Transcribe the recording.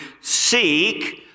seek